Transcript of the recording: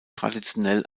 traditionell